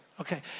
Okay